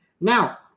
Now